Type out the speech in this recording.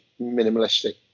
minimalistic